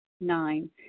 Nine